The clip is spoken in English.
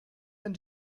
and